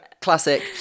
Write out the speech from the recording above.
classic